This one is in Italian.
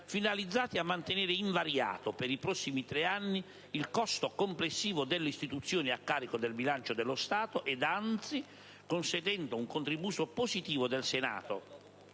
finalizzati a mantenere invariato, per i prossimi tre anni, il costo complessivo dell'Istituzione a carico del bilancio dello Stato e, anzi, consentendo un contributo positivo del Senato